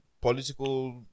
political